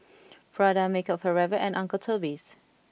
Prada Makeup Forever and Uncle Toby's